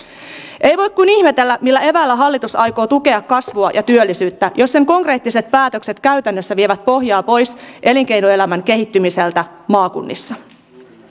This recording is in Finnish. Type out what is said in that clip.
ei voi kuin ihmetellä millä eväillä hallitus aikoo tukea kasvua ja työllisyyttä jos sen konkreettiset päätökset käytännössä vievät pohjaa pois elinkeinoelämän kehittymiseltä maakunnissa